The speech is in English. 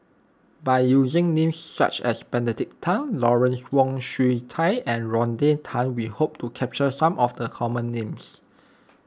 by using names such as Benedict Tan Lawrence Wong Shyun Tsai and Rodney Tan we hope to capture some of the common names